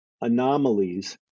anomalies